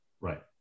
Right